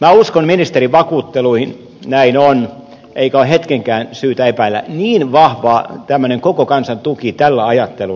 minä uskon ministerin vakuutteluihin näin on eikä ole hetkenkään syytä epäillä niin vahva tämmöinen koko kansan tuki tällä ajattelulla on